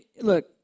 look